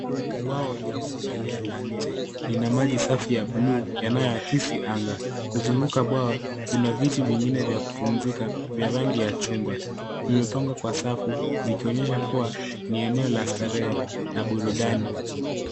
Bwawa la kuogelea la nje. Lina maji safi ya buluu yanayoakisi anga, kuzunguka bwawa kuna viti vingine vya kupumzika vya rangi ya chungwa. Vimepangwa kwa safu vikionyesha kuwa ni eneo la starehe na burudani.